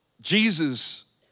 Jesus